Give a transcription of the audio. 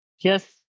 Yes